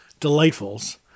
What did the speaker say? Delightfuls